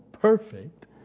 Perfect